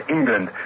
England